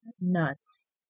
nuts